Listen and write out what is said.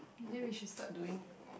then we should start doing